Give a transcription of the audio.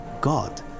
God